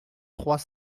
trois